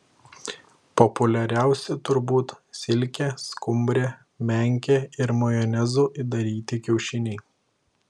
populiariausi turbūt silke skumbre menke ir majonezu įdaryti kiaušiniai